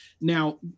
Now